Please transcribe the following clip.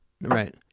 Right